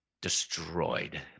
destroyed